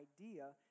idea